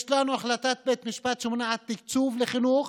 יש לנו החלטת בית משפט שמונעת תקצוב של חינוך